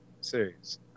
serious